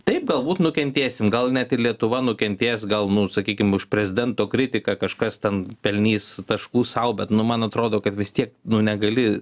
taip galbūt nukentėsim gal net ir lietuva nukentės gal nu sakykim už prezidento kritiką kažkas ten pelnys taškų sau bet nu man atrodo kad vis tiek negali